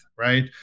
Right